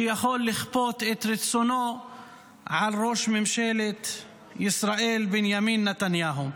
שיכול לכפות את רצונו על ראש ממשלת ישראל בנימין נתניהו.